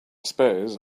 suppose